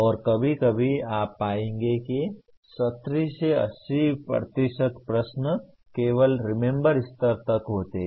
और कभी कभी आप पाएंगे कि 70 से 80 प्रश्न केवल रिमेम्बर स्तर तक होते हैं